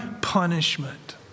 punishment